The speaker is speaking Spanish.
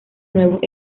nuevos